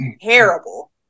terrible